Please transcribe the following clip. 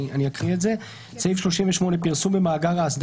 הקטע שנכנס כנספח לחוק הוא מה שבקופסה פה במסמך?